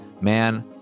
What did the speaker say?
Man